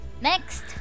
next